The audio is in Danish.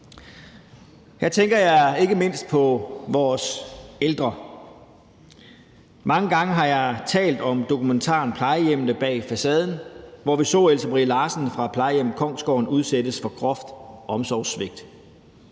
Her tænker jeg ikke mindst på vores ældre. Mange gange har jeg talt om dokumentaren »Plejehjemmene bag facaden«, hvor vi så Else Marie Larsen fra plejehjemmet Kongsgården blive udsat for groft omsorgssvigt.